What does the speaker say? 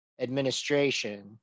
administration